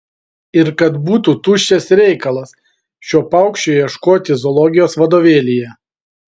ir kad būtų tuščias reikalas šio paukščio ieškoti zoologijos vadovėlyje